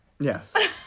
Yes